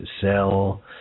sell